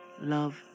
love